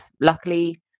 luckily